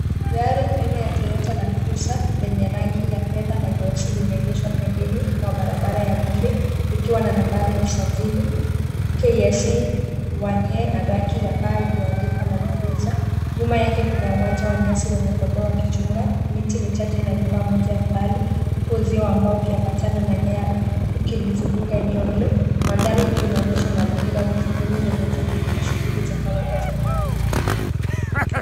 Gari aina ya Toyota Landcruiser lenye rangi ya fedha na nyeusi limeegeshwa pembeni mwa barabara ya vumbi, likiwa na nambari ya usajili KAC 1A na raki ya paa iliyoandikwa, Landcruiser. Nyuma yake kuna uwanja wa nyasi wenye kondoo wakichunga. Miti michache na nyumba moja mbali, huku uzio wa mbao ukiambatana na nyaya ukilizunguka eneo hilo. Mandhari hiyo inaonyesha mazingira vijijini yenye tulivu na shughuli za kawaida za kilimo.